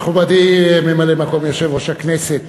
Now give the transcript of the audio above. מכובדי ממלא-מקום יושב-ראש הכנסת